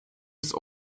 des